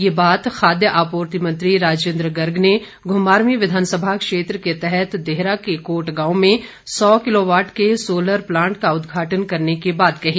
ये बात खाद्य आपूर्ति मंत्री राजेन्द्र गर्ग ने घुमारवीं विधानसभा क्षेत्र के तहत देहरा के कोट गांव में सौ किलोवॉट सोलर प्लांट का उदघाटन करने के बाद कही